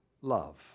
love